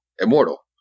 immortal